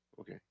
Okay